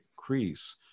increase